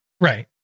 Right